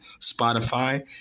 Spotify